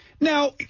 Now